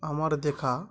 আমার দেখা